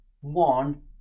one